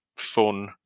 fun